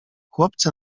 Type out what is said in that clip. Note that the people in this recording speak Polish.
chłopcy